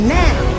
now